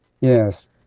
Yes